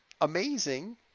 Amazing